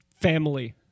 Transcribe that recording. Family